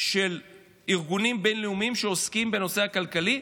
של ארגונים בין-לאומיים שעוסקים בנושא הכלכלי.